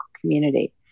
community